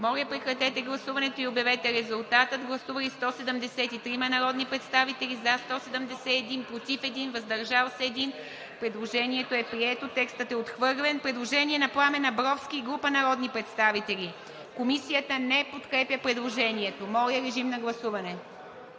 отхвърлен. Гласуваме отхвърлянето на § 2. Гласували 173 народни представители: за 171, против 1, въздържал се 1. Предложението е прието. Текстът е отхвърлен. Предложение на Пламен Абровски и група народни представители. Комисията не подкрепя предложението. Моля, режим на гласуване.